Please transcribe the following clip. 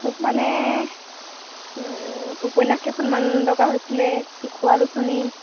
মোক মানে উপন্যাস কেইখনমান দৰকাৰ হৈছিলে শিশু আলোচনী